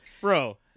bro